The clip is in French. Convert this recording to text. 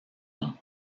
nom